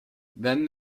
then